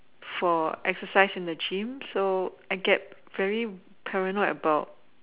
for exercise in the gym so I get very paranoid about